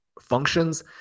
functions